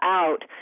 out